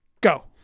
go